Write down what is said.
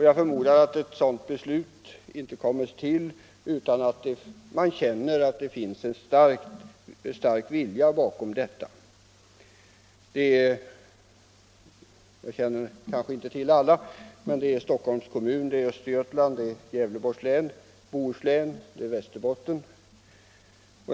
Jag förutsätter att sådana beslut inte hade kommit till utan att det funnits en stark vilja bakom. Jag känner inte till alla distrikt som fattat sådana beslut, men man har gjort det i Stockholm, Östergötland, Gävleborg, Bohuslän och Västerbotten.